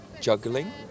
juggling